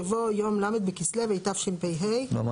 יבוא "יום ל' בכסלו התשפ"ה (31 בדצמבר 2024)"; לא,